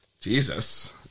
Jesus